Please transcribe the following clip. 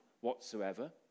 whatsoever